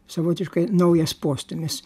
savotiškai naujas postūmis